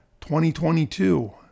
2022